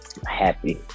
happy